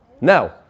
now